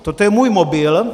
Toto je můj mobil.